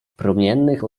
promiennych